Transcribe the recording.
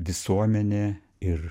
visuomenė ir